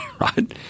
right